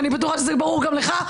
אני בטוח שזה ברור גם לך.